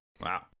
Wow